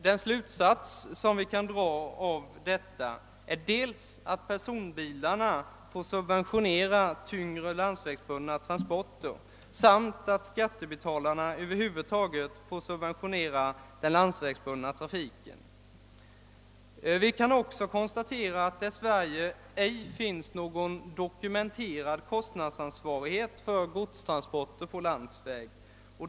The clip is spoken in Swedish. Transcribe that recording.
De slutsatser vi kan dra av detta är att personbilarna får subventionera tyngre transporter och att skattebetalarna över huvud taget får subventionera den landsvägsbundna trafiken. Vi kan också konstatera att det i Sverige ej finns någon dokumenterad kostnadsansvarighet för godstransporter på landsväg.